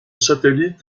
satellite